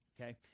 okay